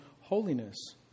holiness